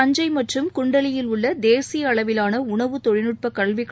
தஞ்சை மற்றும் குண்டலியில் உள்ள தேசிய அளவிவான உணவு தொழில்நுட்பக் கல்விக்